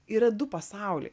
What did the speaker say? yra du pasauliai